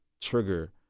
trigger